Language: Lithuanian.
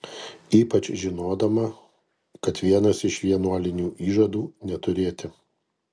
ypač žinodama kad vienas iš vienuolinių įžadų neturėti